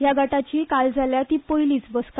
ह्या गटाची काल जाल्या ती पयलीच बसका